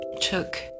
took